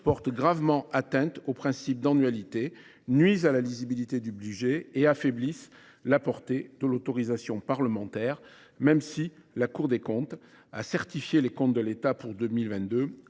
portent gravement atteinte au principe d’annualité, nuisent à la lisibilité du budget et affaiblissent la portée de l’autorisation parlementaire, même si la Cour des comptes a certifié les comptes de l’État pour 2022,